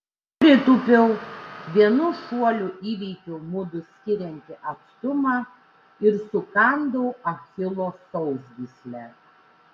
pritūpiau vienu šuoliu įveikiau mudu skiriantį atstumą ir sukandau achilo sausgyslę